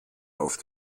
auf